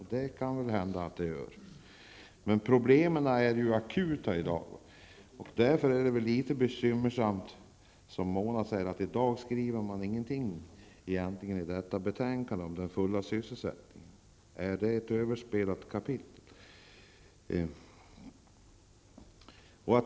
Det kan väl hända att så blir fallet, men problemen i dag är akuta. Därför är det litet bekymmersamt, som också Mona Sahlin säger, att det inte står något i betänkandet om den fulla sysselsättningens politik. Är den ett överspelat kapitel?